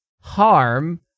harm